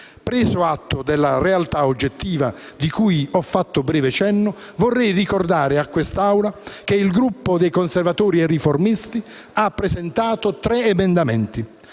Preso atto della realtà oggettiva, cui ho fatto breve cenno, vorrei ricordare a quest'Assemblea che il Gruppo Conservatori e Riformisti ha presentato tre emendamenti.